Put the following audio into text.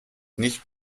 nicht